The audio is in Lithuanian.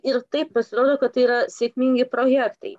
ir taip pasirodo kad tai yra sėkmingi projektai